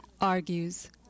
argues